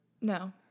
No